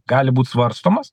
gali būt svarstomas